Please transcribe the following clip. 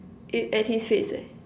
it and his face eh